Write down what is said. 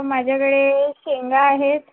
माझ्याकडे शेंगा आहेत